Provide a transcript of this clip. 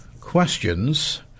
questions